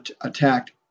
attacked